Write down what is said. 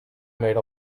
made